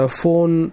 phone